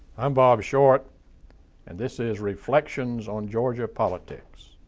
i'm bob short and this is reflections on georgia politics.